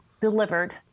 delivered